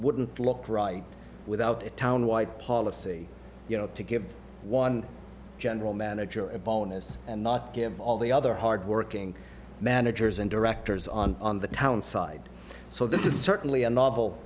wouldn't look right without a town wide policy you know to give one general manager a bonus and not give all the other hard working managers and directors on the town side so this is certainly a novel